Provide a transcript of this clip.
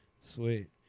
sweet